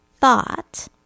thought